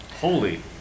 holy